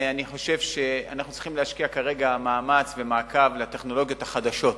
אני חושב שאנחנו צריכים להשקיע כרגע מאמץ ומעקב בטכנולוגיות החדשות,